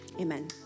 Amen